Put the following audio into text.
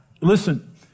Listen